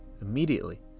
Immediately